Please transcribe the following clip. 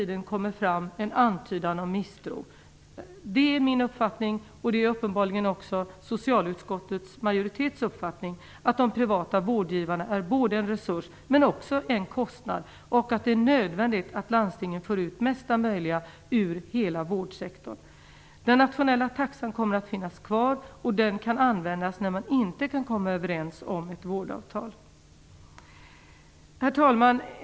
Det är min uppfattning, och uppenbarligen också socialutskottets majoritets uppfattning, att de privata vårdgivarna är en resurs men också en kostnad och att det är nödvändigt att landstingen får ut mesta möjliga ur hela vårdsektorn. Jag vill slå fast detta än en gång, eftersom det hela tiden kommer fram en antydan om misstro. Den nationella taxan kommer att finnas kvar. Den kan användas när man inte kan komma överens om ett vårdavtal. Herr talman!